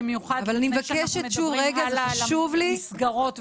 במיוחד לפני שאנחנו מדברים הלאה על המסגרות.